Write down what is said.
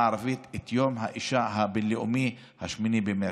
הערבית את יום האישה הבין-לאומי ב-8 במרץ.